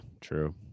true